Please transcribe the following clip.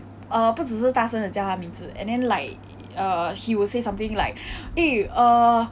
不只是大声的叫他名字 and then like he will say something like eh err